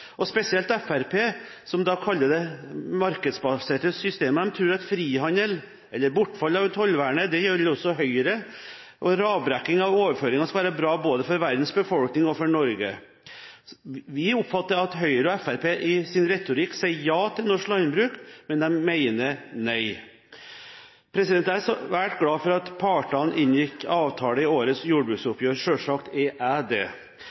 løsninger. Spesielt Fremskrittspartiet, som kaller det markedsbaserte systemer, tror at frihandel, eller bortfall av tollvernet – det gjør jo også Høyre – og radbrekking av overføringer skal være bra for både verdens befolkning og for Norge. Vi oppfatter at Høyre og Fremskrittspartiet i sin retorikk sier ja til norsk landbruk, men de mener nei. Jeg er svært glad for at partene inngikk avtale i årets jordbruksoppgjør – selvsagt er jeg det.